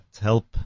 help